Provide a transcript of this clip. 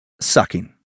sucking